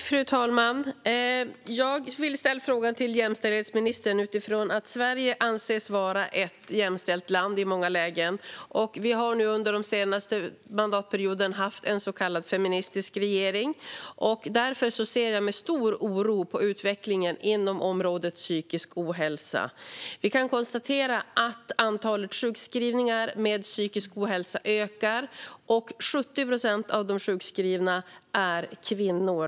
Fru talman! Jag vill ställa en fråga till jämställdhetsministern. Sverige anses vara ett jämställt land i många lägen. Vi har under den senaste mandatperioden haft en så kallad feministisk regering. Därför ser jag med stor oro på utvecklingen inom området psykisk ohälsa. Vi kan konstatera att antalet sjukskrivningar på grund av psykisk ohälsa ökar, och 70 procent av de sjukskrivna är kvinnor.